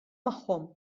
magħhom